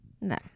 No